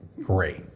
great